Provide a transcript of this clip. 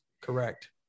Correct